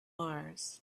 mars